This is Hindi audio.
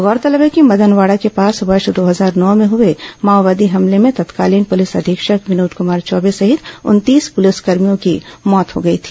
गौरतलब है कि मदनवाड़ा के पास वर्ष दो हजार नौ में हुए माओवादी हमले में तत्कालीन पुलिस अधीक्षक विनोद कुमार चौबे सहित उनतीस पुलिसकर्भियों की मौत हो गई थी